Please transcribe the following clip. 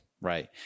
right